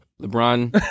LeBron